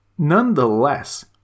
Nonetheless